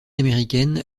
américaine